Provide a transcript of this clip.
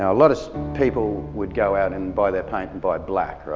now a lot of people would go out and buy their paint and buy black right.